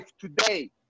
today